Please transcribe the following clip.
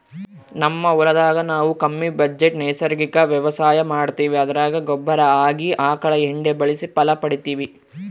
ನಮ್ ಹೊಲದಾಗ ನಾವು ಕಮ್ಮಿ ಬಜೆಟ್ ನೈಸರ್ಗಿಕ ವ್ಯವಸಾಯ ಮಾಡ್ತೀವಿ ಅದರಾಗ ಗೊಬ್ಬರ ಆಗಿ ಆಕಳ ಎಂಡೆ ಬಳಸಿ ಫಲ ಪಡಿತಿವಿ